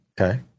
Okay